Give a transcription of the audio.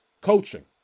coaching